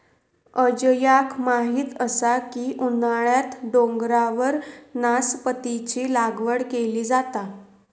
अजयाक माहीत असा की उन्हाळ्यात डोंगरावर नासपतीची लागवड केली जाता